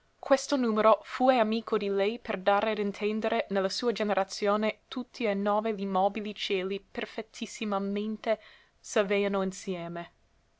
questo numero fue amico di lei per dare ad intendere che ne la sua generazione tutti e nove li mobili cieli perfettissimamente s'aveano insieme